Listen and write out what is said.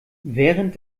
während